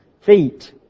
feet